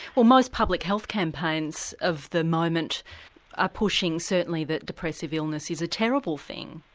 well most public health campaigns of the moment are pushing certainly that depressive illness is a terrible thing.